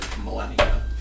millennia